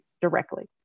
directly